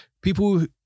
People